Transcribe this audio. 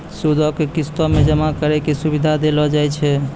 सूदो के किस्तो मे जमा करै के सुविधा देलो जाय छै